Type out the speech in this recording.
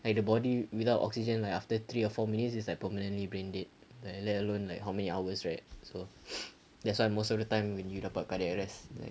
like the body without oxygen like after three or four minutes it's like permanently brain dead like let alone like how many hours right so that's why most of the time when you dapat cardiac arrest